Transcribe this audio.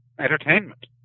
entertainment